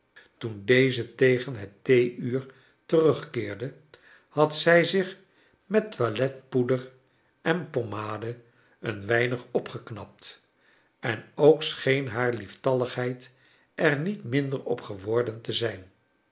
toen deze tegen het theeuur terugkeerde had zij zich met toiletpoeder en pomade een weinig opgeknapt en ook scheen haar lieftalligheid er niet minder op geworden te zijn